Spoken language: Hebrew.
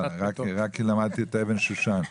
רק למדתי אבן שושן.